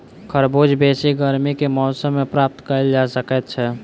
खरबूजा बेसी गर्मी के मौसम मे प्राप्त कयल जा सकैत छै